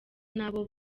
n’abo